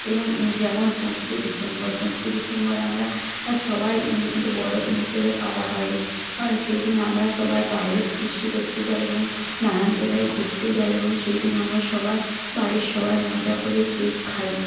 এবং যেমন পঁচিশে ডিসেম্বর পঁচিশে ডিসেম্বর আমরা সবাই একটা বড়োদিন হিসেবে পালা হয় হয় সেই দিন আমরা সবাই বাইরে ফিস্ট করতে যাই এবং নানান জায়গায় ঘুরতে যাই এবং সেই দিন আমরা সবাই বাড়ির সবাই মজা করে কেক খাই